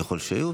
ככל שיהיו,